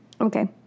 Okay